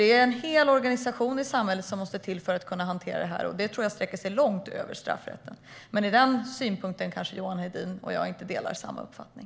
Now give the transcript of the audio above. Det är en hel organisation i samhället som måste till för att kunna hantera detta, och det tror jag sträcker sig långt över straffrätten. Men i den frågan kanske Johan Hedin och jag inte delar uppfattning.